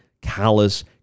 callous